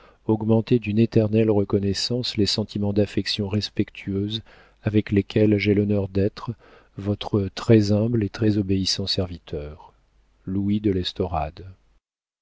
augmenté d'une éternelle reconnaissance les sentiments d'affection respectueuse avec lesquels j'ai l'honneur d'être votre très-humble et très-obéissant serviteur louis de l'estorade